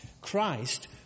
Christ